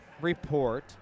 report